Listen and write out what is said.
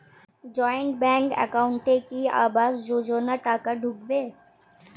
Joint bank একাউন্টে কি আবাস যোজনা টাকা ঢুকবে?